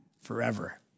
Forever